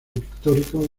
pictórico